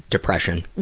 depression,